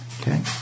Okay